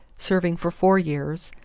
serving for four years,